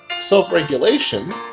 Self-regulation